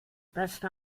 beste